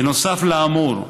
בנוסף לאמור,